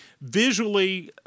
visually